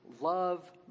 Love